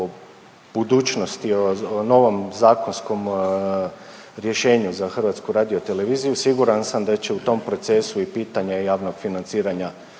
o budućnosti, o novom zakonskom rješenju za HRT, siguran sam da će u tom procesu i pitanje javnog financiranja